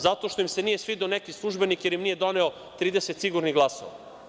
Zato što im se nije svideo neki službenik jer im nije doneo 30 „sigurnih glasova“